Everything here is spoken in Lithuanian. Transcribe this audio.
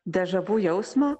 dežavu jausmą